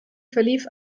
verlief